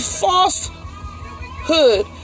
falsehood